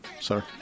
sir